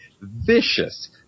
vicious